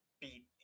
beat